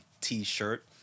t-shirt